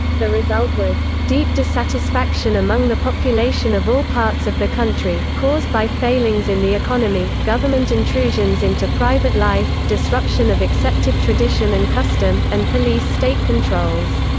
the result was deep dissatisfaction among the population of all parts of the country, caused by failings in the economy, government intrusions into private life, disruption of accepted tradition and custom, and police-state controls.